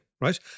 Right